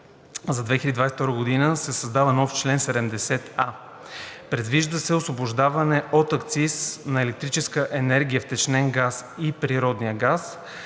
за 2022 г. се създава нов член 70а. Предвижда се освобождаване от акциз на електрическата енергия, втечнения нефтен газ и природния газ.